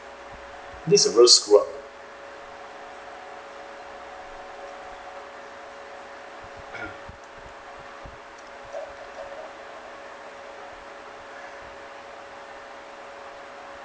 this a real screw up